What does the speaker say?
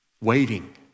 waiting